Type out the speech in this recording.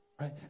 Right